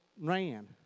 ran